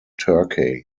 turkey